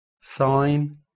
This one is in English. sign